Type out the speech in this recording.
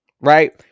Right